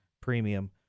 premium